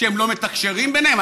שהם לא מתקשרים ביניהם?